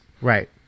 right